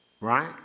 Right